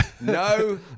No